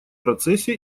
процессе